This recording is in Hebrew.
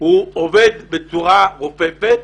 הוא עובד בצורה רופפת,